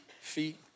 feet